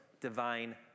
divine